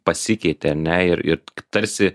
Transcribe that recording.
pasikeitė ar ne ir ir tarsi